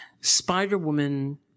Spider-Woman